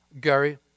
Gary